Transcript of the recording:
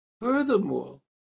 Furthermore